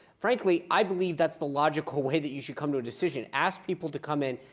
frankly, i believe that's the logical way that you should come to a decision ask people to come in,